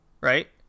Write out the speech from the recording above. Right